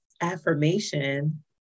affirmation